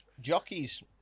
Jockeys